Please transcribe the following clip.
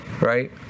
Right